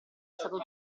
stato